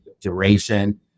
duration